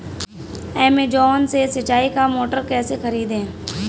Amazon से सिंचाई का मोटर कैसे खरीदें?